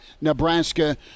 Nebraska